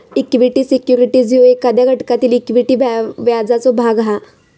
equity securities ह्यो एखाद्या घटकातील इक्विटी व्याजाचो भाग हा